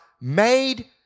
made